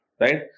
right